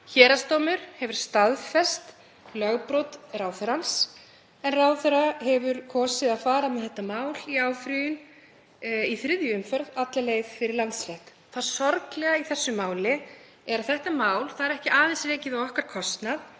Héraðsdómur hefur staðfest lögbrot ráðherrans, en ráðherra hefur kosið að fara með þetta mál í áfrýjun í þriðju umferð alla leið fyrir Landsrétt. Það sorglega er að þetta mál er ekki aðeins rekið á okkar kostnað,